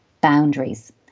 boundaries